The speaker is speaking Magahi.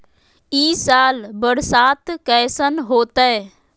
ई साल बरसात कैसन होतय?